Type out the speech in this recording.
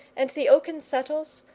and the oaken settles,